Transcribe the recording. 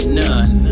none